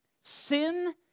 Sin